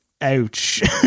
ouch